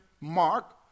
Mark